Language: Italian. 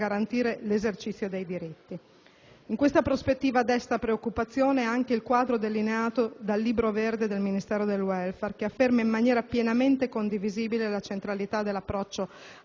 garantire l'esercizio dei diritti. In questa prospettiva desta preoccupazione anche il quadro delineato dal Libro verde del Ministero del *welfare*, che afferma in maniera pienamente condivisibile la centralità dell'approccio